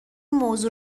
موضوع